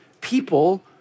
people